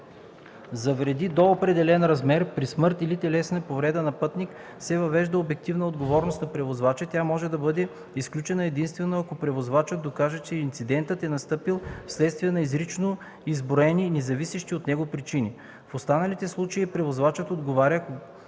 За вреди до определен размер при смърт или телесна повреда на пътник се въвежда обективна отговорност на превозвача – тя може да бъде изключена единствено ако превозвачът докаже, че инцидентът е настъпил вследствие на изрично изброени, независещи от него причини. В останалите случаи превозвачът отговаря,